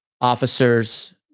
officers